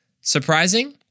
surprising